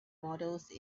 models